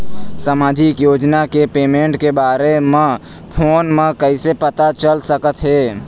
सामाजिक योजना के पेमेंट के बारे म फ़ोन म कइसे पता चल सकत हे?